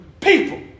people